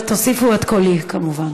תוסיפו את קולי, כמובן.